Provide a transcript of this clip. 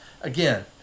Again